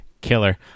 killer